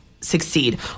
succeed